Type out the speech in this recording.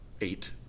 Eight